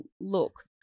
look